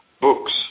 books